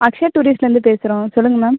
அக்ஷயா டூரிஸ்ட்லேருந்து பேசுகிறோம் சொல்லுங்கள் மேம்